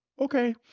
Okay